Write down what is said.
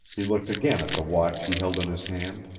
he looked again at the watch he held in his hand.